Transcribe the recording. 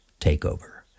takeover